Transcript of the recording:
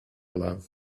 love